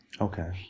Okay